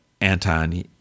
Anton